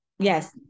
Yes